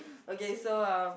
okay so um